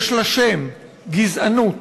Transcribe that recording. יש לה שם, גזענות.